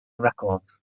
records